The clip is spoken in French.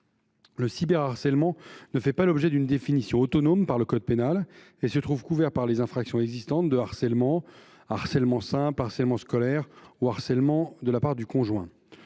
le cyberharcèlement ne fait pas l’objet d’une définition autonome dans le code pénal. Il se trouve couvert par les infractions existantes de harcèlement, qu’il s’agisse de harcèlement simple, de harcèlement scolaire ou de harcèlement de la part du conjoint.